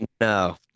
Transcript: No